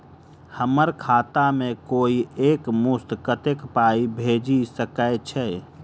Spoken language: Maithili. हम्मर खाता मे कोइ एक मुस्त कत्तेक पाई भेजि सकय छई?